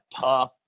tough